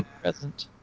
Present